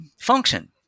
function